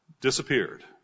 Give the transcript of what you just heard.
disappeared